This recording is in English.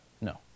no